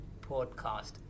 podcast